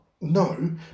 No